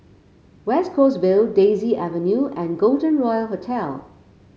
West Coast Vale Daisy Avenue and Golden Royal Hotel